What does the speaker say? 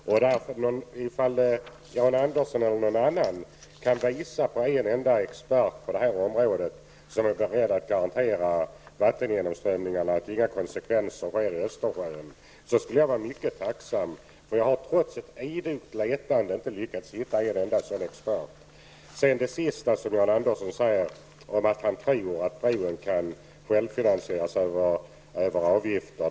Om Jan Andersson eller någon annan kan visa på en enda expert på det här området som är beredd att garantera att det inte kommer att bli några konsekvenser för vattengenomströmningen i Östersjön, skulle jag vara mycket tacksam. Trots idogt letande har jag inte lyckats hitta en enda sådan expert. Avslutningsvis sade Jan Andersson att han tror att bron kan självfinansieras via avgifter.